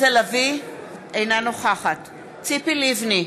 אינה נוכחת ציפי לבני,